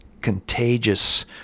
contagious